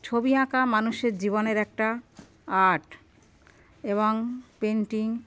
ছবি আঁকা মানুষের জীবনের একটা আর্ট এবং পেইন্টিং